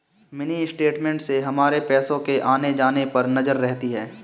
mini statement से हमारे पैसो के आने जाने पर नजर रहती है